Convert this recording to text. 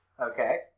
Okay